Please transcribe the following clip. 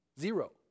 Zero